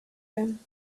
him